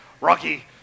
Rocky